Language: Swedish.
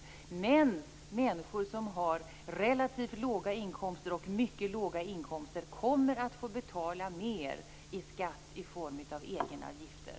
Människor med relativt låga inkomster och mycket låga inkomster kommer att få betala mer i skatt i form av egenavgifter.